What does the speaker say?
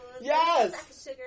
Yes